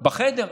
בחדר?